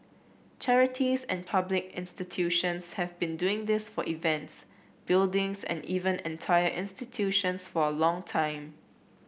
charities and public institutions have been doing this for events buildings and even entire institutions for a long time